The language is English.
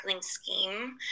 scheme